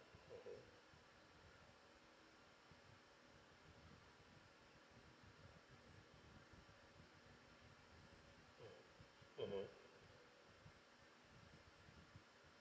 okay mm mmhmm